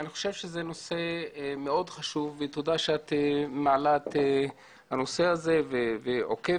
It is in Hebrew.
אני חושב שזה נושא מאוד חשוב ותודה שאת מעלה את הנושא הזה ועוקבת.